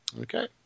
Okay